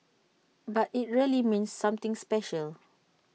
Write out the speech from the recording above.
but IT really means something special